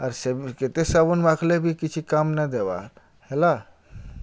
ଆର୍ ସେ କେତେ ସାବୁନ୍ ମାଖ୍ଲେ ବି କିଛି କାମ୍ ନାଇ ଦେବାର୍ ହେଲା